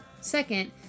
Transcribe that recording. Second